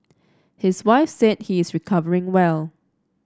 his wife said he is recovering well